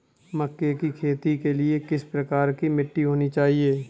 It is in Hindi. मक्के की खेती के लिए किस प्रकार की मिट्टी होनी चाहिए?